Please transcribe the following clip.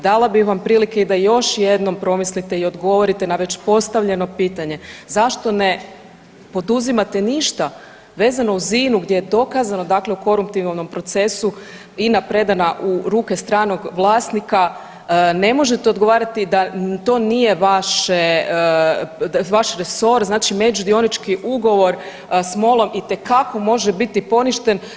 Dala bi vam prilike i da još jednom promislite i odgovorite na već postavljeno pitanje zašto ne poduzimate ništa vezano uz INU gdje je dokazano dakle u koruptivnom procesu INA predana u ruke stranog vlasnika, ne možete odgovarati da to nije vaše, vaš resor, znači međudionički ugovor s MOL-om itekako može biti poništen.